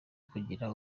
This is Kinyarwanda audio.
kugira